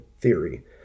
theory